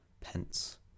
pence